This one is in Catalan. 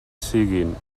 siguen